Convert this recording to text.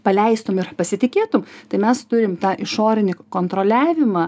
paleistum ir pasitikėtum tai mes turim tą išorinį kontroliavimą